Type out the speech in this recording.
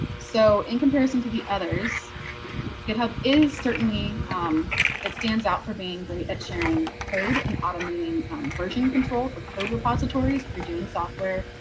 so, in comparison to the others github is certainly it stands out for being great at sharing code and automating version control for code repositories for doing software.